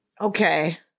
Okay